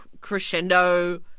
crescendo